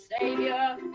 Savior